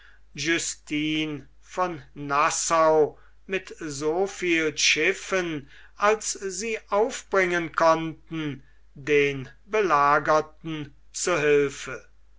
justin von nassau mit so viel schiffen als sie aufbringen konnten den belagerten zu hilfe